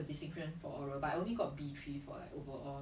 life